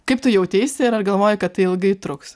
kaip tu jauteisi ir ar galvojai kad tai ilgai truks